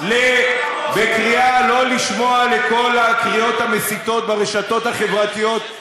בקריאה לא לשמוע לכל הקריאות המסיתות ברשתות החברתיות,